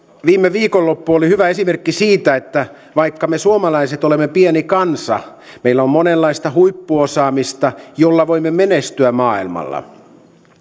viime viikonloppu oli hyvä esimerkki siitä että vaikka me suomalaiset olemme pieni kansa meillä on monenlaista huippuosaamista jolla voimme menestyä maailmalla